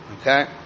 Okay